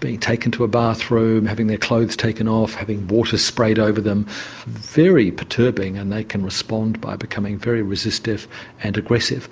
being taken to a bathroom, having their clothes taken off, having water sprayed over them very perturbing and they can respond by becoming very resistive and aggressive.